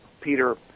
Peter